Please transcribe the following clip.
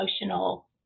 emotional